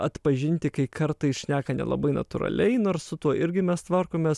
atpažinti kai kartais šneka nelabai natūraliai nors su tuo irgi mes tvarkomės